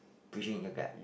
bridging the gap